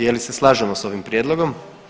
Je li se slažemo s ovim prijedlogom?